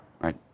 Right